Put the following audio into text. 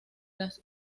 las